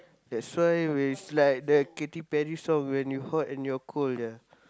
that's why where it's like the Katy-Perry song when you're hot and you're cold ya